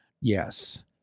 Yes